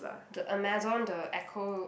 the Amazon the echo